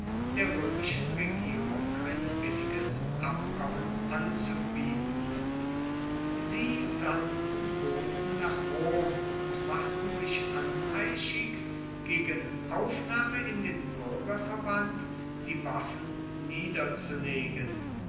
der römischen regierung ein billiges abkommen anzubieten sie sandten boten nach rom und machten sich anheischig gegen aufnahme in den bürgerverband die waffen niederzulegen